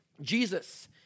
Jesus